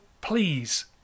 please